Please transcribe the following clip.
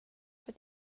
för